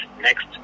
next